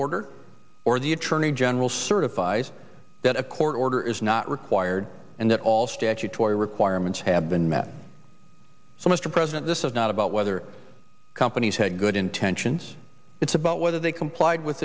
order or the attorney general certifies that a court order is not required and that all statutory requirements have been met so mr president this is not about whether companies had good intentions it's about whether they complied with